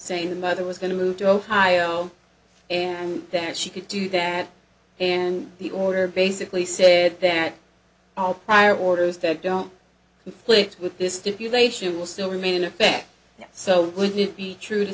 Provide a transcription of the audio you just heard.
saying the mother was going to move to ohio and that she could do that and the order basically said that all prior orders that don't conflict with this stipulation will still remain in effect so wouldn't it be true to